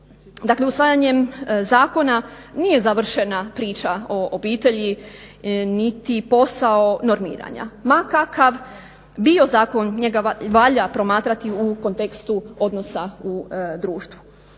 Dakle, usvajanjem zakona nije završena priča o obitelji niti posao normiranja. Ma kakav bio zakon njega valja promatrati u kontekstu odnosa u društvu.